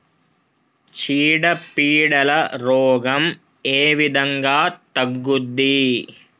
చీడ పీడల రోగం ఏ విధంగా తగ్గుద్ది?